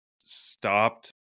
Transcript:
stopped